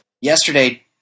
Yesterday